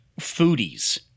foodies